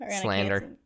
Slander